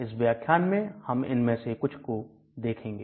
इस व्याख्यान में हम इनमें से कुछ को देखेंगे